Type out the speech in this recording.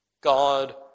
God